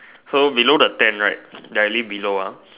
so below the tent right directly below uh